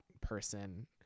person